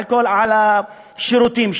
על השירותים שם,